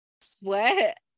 sweat